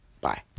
Bye